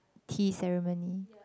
tea ceremony